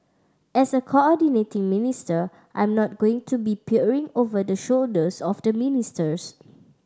as a coordinating minister I'm not going to be peering over the shoulders of the ministers